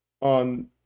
on